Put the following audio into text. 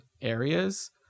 areas